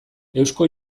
eusko